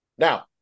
Now